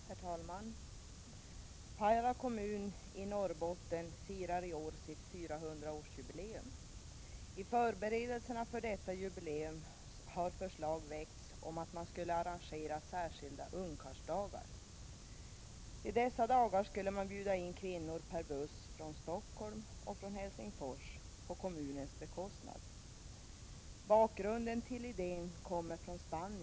Herr talman! Pajala kommun i Norrbotten firar i år sitt 400-årsjubileum. I förberedelserna för detta jubileum har förslag väckts om att man skulle arrangera särskilda ungkarlsdagar. Till dessa dagar skulle man bjuda in kvinnor som med buss skulle komma från Stockholm och från Helsingfors på kommunens bekostnad. Bakgrunden till idén kommer från Spanien.